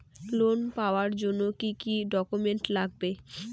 Loan পাওয়ার জন্যে কি কি ডকুমেন্ট লাগবে?